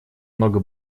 много